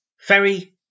ferry